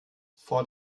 vor